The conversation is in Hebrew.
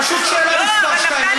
פשוט שאלה מס' 2. לא,